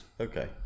Okay